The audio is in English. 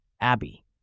Abby